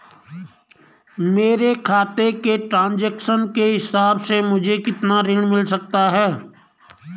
मेरे खाते के ट्रान्ज़ैक्शन के हिसाब से मुझे कितना ऋण मिल सकता है?